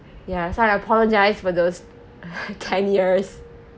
ya so I apologize for those ten years